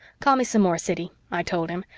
call me some more, siddy, i told him.